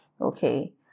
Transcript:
Okay